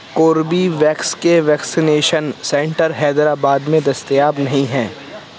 کوربی ویکس کے vaccination centre Hyderabad میں دستیاب نہیں ہیں